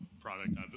product